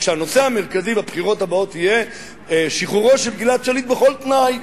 כשהנושא המרכזי בבחירות הבאות יהיה שחרורו של גלעד שליט בכל תנאי,